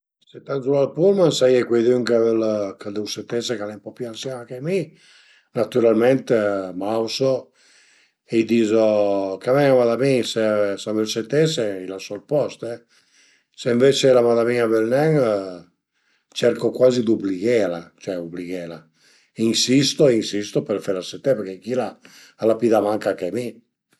Al e 'na coza nen tan cumplicà, basta avei la carta la carta giüsta e bütela zura ël regal, fërmé, fërmé le prime fazi cun lë scotch e pöi feie le pieghe laterai cun i angui e pöi büté turna lë scotch për fërmelu e a la fin ün bel nastro cun ël fioch